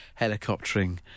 helicoptering